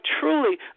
truly